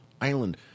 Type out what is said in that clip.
island